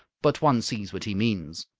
but one sees what he means.